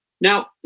Now